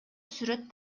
сүрөт